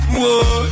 whoa